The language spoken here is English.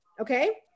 Okay